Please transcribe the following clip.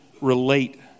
relate